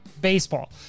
Baseball